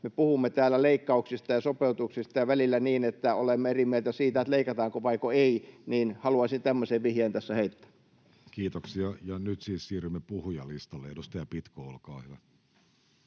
me puhumme täällä leikkauksista ja sopeutuksista ja välillä niin, että olemme eri mieltä siitä, leikataanko vaiko ei, niin haluaisin tämmöisen vihjeen tässä heittää. Kiitoksia. — Ja nyt siis siirrymme puhujalistalle. — Edustaja Pitko, olkaa hyvä.